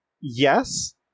yes